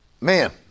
man